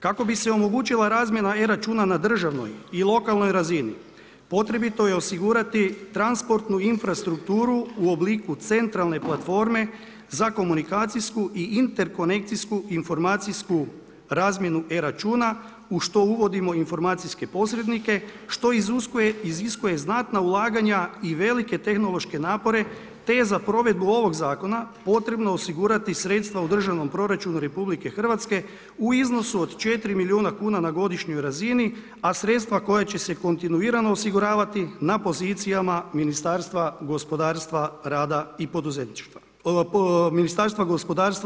Kako bi se omogućila razmjena e računa na državnoj i lokalnoj razini potrebito je osigurati transportnu infrastrukturu u obliku centralne platforme za komunikacijsku i interkonekcijsku, informacijsku razmjenu e računa u što uvodimo informacijske posrednike, što iziskuje znatna ulaganja i velike tehnološke napore te za provedbu ovog zakona potrebno osigurati sredstva u državnom proračunu RH u iznosu od 4 milijuna kuna na godišnjoj razini, a sredstva koja će se kontinuirano osiguravati na pozicijama Ministarstva gospodarstva, poduzetništva i obrta.